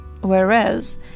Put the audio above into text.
whereas